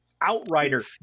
Outrider